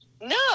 No